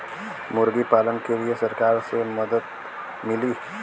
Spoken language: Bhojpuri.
मुर्गी पालन के लीए सरकार से का मदद मिली?